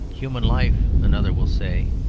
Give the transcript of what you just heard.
human life, another will say,